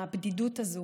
הבדידות הזאת.